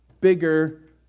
bigger